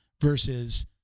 versus